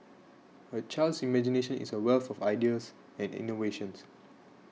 a child's imagination is a wealth of ideas and innovations